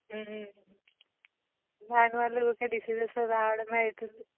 దాని వల్ల ఊరికే డిసీజస్ రావడమే అవుతుంది